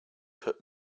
put